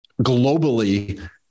globally